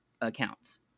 accounts